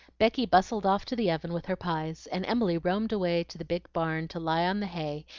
becky bustled off to the oven with her pies, and emily roamed away to the big barn to lie on the hay,